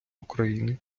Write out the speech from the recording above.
україни